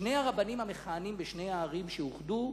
שני הרבנים המכהנים בשתי הערים שאוחדו,